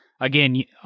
again